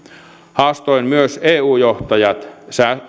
haastoin myös eu johtajat